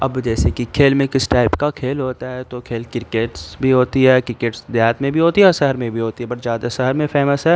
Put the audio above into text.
اب جیسے کہ کھیل میں کس ٹائپ کا کھیل ہوتا ہے تو کھیل کرکٹس بھی ہوتی ہے کرکٹس دیہات میں بھی ہوتی ہے اور شہر میں بھی ہوتی ہے بٹ زیادہ شہر میں فیمس ہے